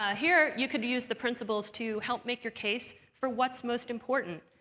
ah here, you could use the principles to help make your case for what's most important.